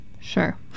Sure